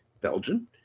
Belgian